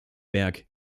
berg